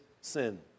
sin